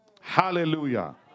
Hallelujah